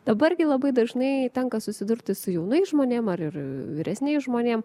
dabar gi labai dažnai tenka susidurti su jaunais žmonėm ar ir vyresniais žmonėm